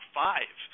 five